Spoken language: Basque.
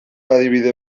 adibide